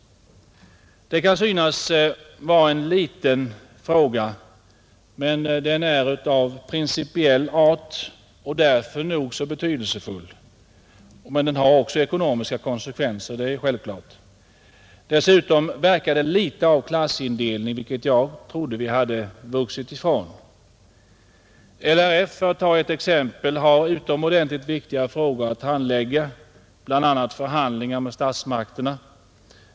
Det kan synas vara en liten fråga, men den är av principiell art och därför nog så betydelsefull. Den har också ekonomiska konsekvenser, det är självklart. Dessutom verkar det litet av klassindelning, vilket jag trodde vi hade vuxit ifrån. LRF, för att ta ett exempel, har utomordentligt viktiga frågor att handlägga, bl.a. förhandlingar med statsmakterna.